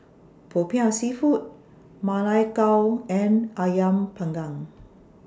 Popiah Seafood Ma Lai Gao and Ayam Panggang